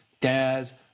Daz